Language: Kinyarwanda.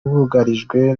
bugarijwe